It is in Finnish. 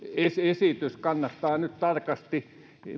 esitys kannattaa nyt tarkasti